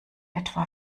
etwa